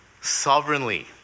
sovereignly